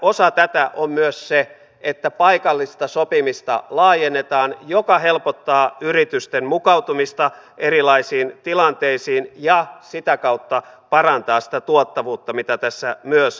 osa tätä on myös se että paikallista sopimista laajennetaan mikä helpottaa yritysten mukautumista erilaisiin tilanteisiin ja sitä kautta parantaa sitä tuottavuutta mitä tässä myös haetaan